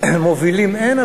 מובילים אין,